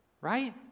Right